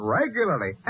regularly